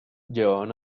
llevaban